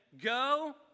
Go